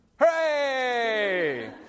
Hooray